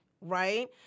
right